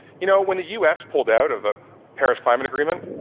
you know, when the us pulled out of the paris climate agreement,